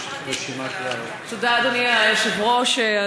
יש רשימת, תודה, אדוני היושב-ראש.